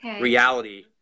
reality